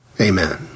Amen